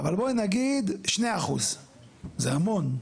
אבל בואי נגיד 2%. זה המון.